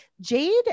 Jade